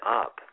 up